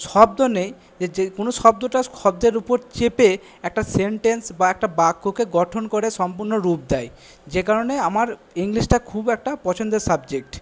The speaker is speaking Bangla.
শব্দ নেই যে কোনো শব্দটা শব্দের উপর চেপে একটা সেনটেন্স বা একটা বাক্যকে গঠন করে সম্পূর্ণ রূপ দেয় যে কারণে আমার ইংলিশটা খুব একটা পছন্দের সাবজেক্ট